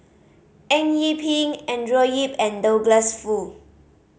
Eng Yee Peng Andrew Yip and Douglas Foo